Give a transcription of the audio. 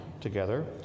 Together